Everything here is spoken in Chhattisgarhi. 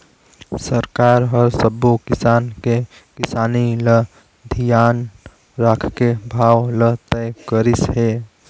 सरकार हर सबो किसान के किसानी ल धियान राखके भाव ल तय करिस हे